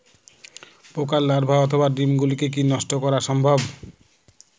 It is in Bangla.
পোকার লার্ভা অথবা ডিম গুলিকে কী নষ্ট করা সম্ভব?